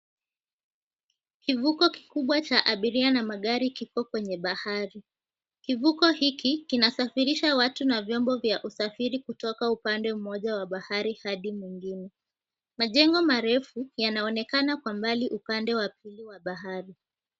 Kivuko kikubwa cha abiria na magari kiko kwenye bahari. Kivuko hiki, kinasafirisha watu na vyombo vya usafiri kutoka upande mmoja wa bahari hadi mwingine. Majengo marefu yanaonekana kwa mbali upande wa pili wa bahari.